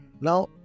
now